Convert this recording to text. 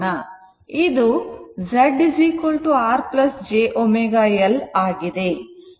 ಇದು Z R j ω L ಆಗಿದೆ